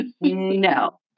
No